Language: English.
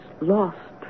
lost